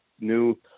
new